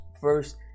First